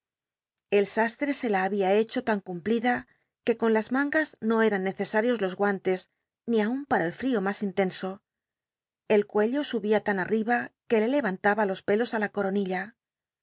el sasllc se la babia hecho tan cumplida que con las mangas no eran necesarios los guantes ni aun para el fl'io mas intenso el cuello subía tan arriba que le lcrantaba jos pelos á la coronilla